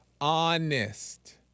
honest